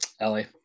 ellie